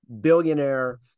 billionaire